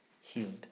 healed